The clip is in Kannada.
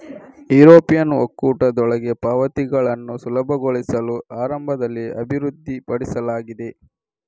ಯುರೋಪಿಯನ್ ಒಕ್ಕೂಟದೊಳಗೆ ಪಾವತಿಗಳನ್ನು ಸುಲಭಗೊಳಿಸಲು ಆರಂಭದಲ್ಲಿ ಅಭಿವೃದ್ಧಿಪಡಿಸಲಾಗಿದೆ